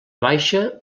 baixa